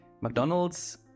mcdonald's